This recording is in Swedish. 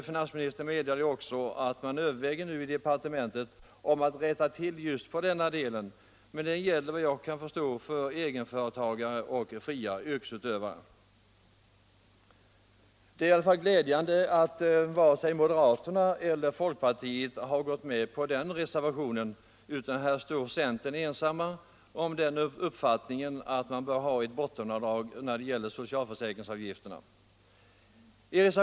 Finansministern meddelade också under debatten i går att man nu inom finansdepartementet överväger hur man skall kunna rätta till detta. Detta gäller, såvitt jag kan förstå, egenföretagare och fria yrkesutövare. Det är glädjande att varken moderaterna eller folkpartisterna har anslutit sig till denna centerreservation. Centern står alltså ensam om uppfattningen om att man bör ha ett bottenavdrag när det gäller socialförsäkringsavgifterna.